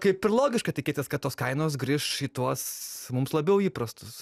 kaip ir logiška tikėtis kad tos kainos grįš į tuos mums labiau įprastus